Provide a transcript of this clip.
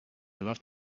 left